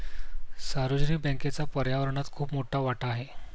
सार्वजनिक बँकेचा पर्यावरणात खूप मोठा वाटा आहे